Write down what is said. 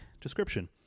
description